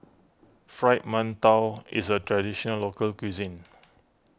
Fried Mantou is a Traditional Local Cuisine